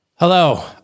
Hello